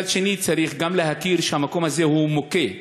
מצד שני, צריך גם להכיר בזה שהמקום הזה הוא מוכה,